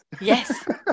Yes